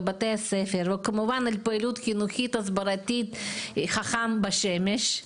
בבתי הספר וכמובן על פעילות חינוכית הסברתית חכם בשמש.